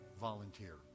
volunteer